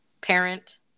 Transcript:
parent